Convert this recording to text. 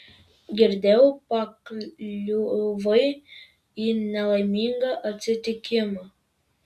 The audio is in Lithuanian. girdėjau pakliuvai į nelaimingą atsitikimą